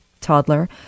toddler